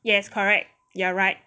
yes correct you're right